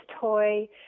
toy